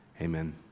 Amen